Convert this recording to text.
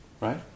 Right